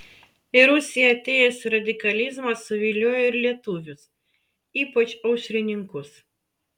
į rusiją atėjęs radikalizmas suviliojo ir lietuvius ypač aušrininkus